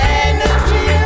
energy